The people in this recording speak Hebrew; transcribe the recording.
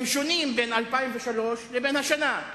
הם שונים בין 2003 לבין השנה.